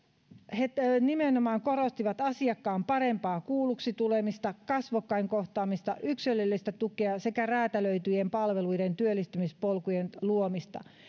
he nimenomaan korostivat asiakkaan parempaa kuulluksi tulemista kasvokkain kohtaamista yksilöllistä tukea sekä räätälöityjen palveluiden työllistymispolkujen luomista